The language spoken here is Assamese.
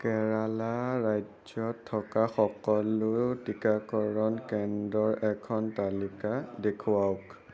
কেৰালা ৰাজ্যত থকা সকলো টিকাকৰণ কেন্দ্ৰৰ এখন তালিকা দেখুৱাওক